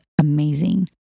amazing